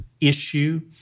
issue